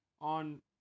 On